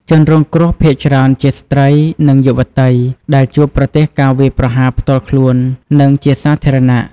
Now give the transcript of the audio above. ជនរងគ្រោះភាគច្រើនជាស្ត្រី និងយុវតី ដែលជួបប្រទះការវាយប្រហារផ្ទាល់ខ្លួន និងជាសាធារណៈ។